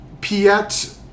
Piet